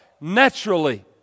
naturally